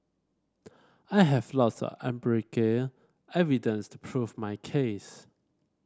I have lots empirical evidence to prove my case